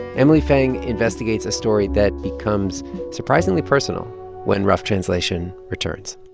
emily feng investigates a story that becomes surprisingly personal when rough translation returns